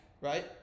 right